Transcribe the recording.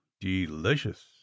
delicious